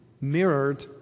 mirrored